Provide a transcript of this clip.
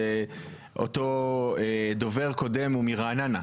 שאותו דובר קודם הוא מרעננה.